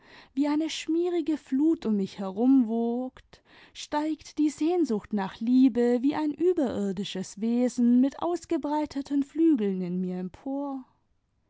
wie eine schmierige flut um mich herum wogt steigt die sehnsucht nach liebe wie ein überirdisches wesen mit ausgebreiteten flügeln in nur empor